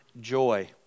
joy